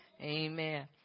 amen